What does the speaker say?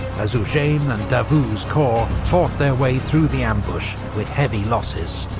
as eugene and davout's corps fought their way through the ambush with heavy losses.